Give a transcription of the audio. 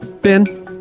Ben